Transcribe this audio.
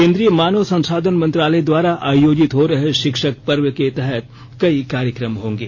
केंद्रीय मानव संसाधन मंत्रालय द्वारा आयोजित हो रहे शिक्षक पर्व के तहत कई कार्यक्रम होंगे